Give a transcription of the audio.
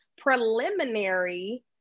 preliminary